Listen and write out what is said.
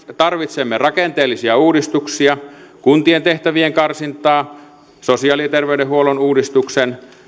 tarvitsemme rakenteellisia uudistuksia kuntien tehtävien karsintaa sosiaali ja terveydenhuollon uudistuksen